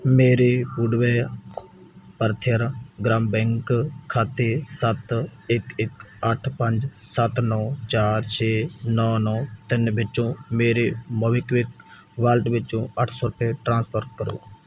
ਮੇਰੇ ਪੁਡਵੈ ਭਰਥਿਆਰਾ ਗ੍ਰਾਮ ਬੈਂਕ ਖਾਤੇ ਸੱਤ ਇੱਕ ਇੱਕ ਅੱਠ ਪੰਜ ਸੱਤ ਨੌਂ ਚਾਰ ਛੇ ਨੌਂ ਨੌਂ ਤਿੰਨ ਵਿੱਚੋਂ ਮੇਰੇ ਮੋਬੀਕਵਿਕ ਵਾਲਟ ਵਿੱਚੋਂ ਅੱਠ ਸੌ ਰੁਪਏ ਟ੍ਰਾਂਸਫਰ ਕਰੋ